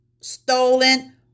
stolen